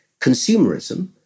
consumerism